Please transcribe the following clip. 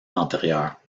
antérieure